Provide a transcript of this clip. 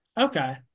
Okay